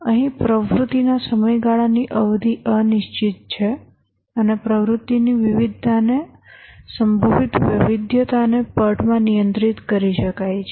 અહીં પ્રવૃત્તિના સમયગાળાની અવધિ અનિશ્ચિત છે અને પ્રવૃત્તિની વિવિધતા ને સંભવિત વૈવિધ્યતાને PERT માં નિયંત્રિત કરી શકાય છે